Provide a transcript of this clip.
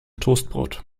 toastbrot